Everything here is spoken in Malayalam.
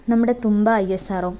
നമ്മുടെ Thumba I S R O